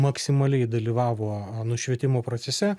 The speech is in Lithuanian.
maksimaliai dalyvavo nušvietimo procese